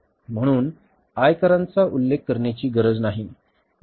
म्हणून आयकरांचा उल्लेख करण्याची गरज नाही